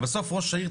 בסוף ראש העיר,